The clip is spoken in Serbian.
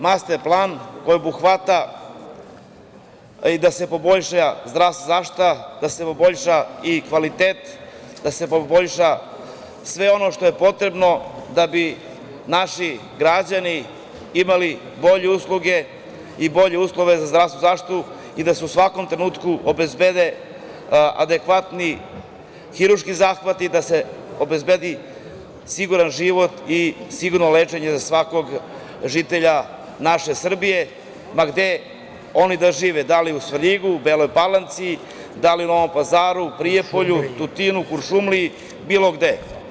Master plan koji obuhvata i da se poboljša i zdravstvena zaštita, da se poboljša i kvalitet, da se poboljša sve ono što je potrebno da bi naši građani imali bolje usluge i bolje uslove za zdravstvenu zaštitu i da se u svakom trenutku obezbede adekvatni hirurški zahvati, da se obezbedi siguran život i sigurno lečenje za svakog žitelja naše Srbije, ma gde oni da žive da li u Svrljigu, Beloj Palanci, da li u Novom Pazaru, Prijepolju, Tutinu, Kuršumliji, bilo gde.